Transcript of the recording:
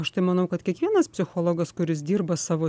aš tai manau kad kiekvienas psichologas kuris dirba savo